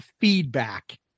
feedback